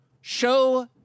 show